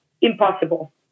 Impossible